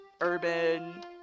urban